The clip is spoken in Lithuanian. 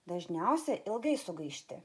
dažniausia ilgai sugaišti